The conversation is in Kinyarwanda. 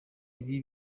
ibi